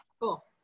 Cool